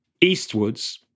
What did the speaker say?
eastwards